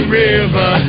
river